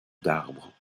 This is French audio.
d’arbres